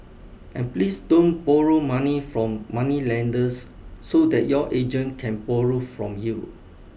and please don't borrow money from moneylenders so that your agent can borrow from you